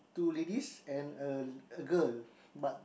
two ladies and a girl but